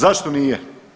Zašto nije?